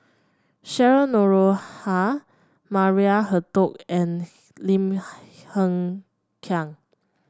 Cheryl Noronha Maria Hertogh and Lim Hng Kiang